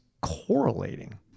correlating